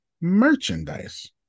merchandise